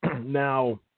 now